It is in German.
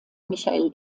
michael